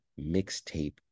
mixtape